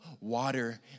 water